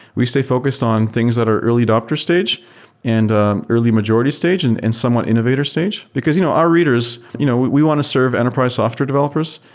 we stay focused on things that are early adopter stage and early majority stage and and somewhat innovator stage. because you know our readers, you know we we want to serve enterprise software developers.